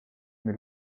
mil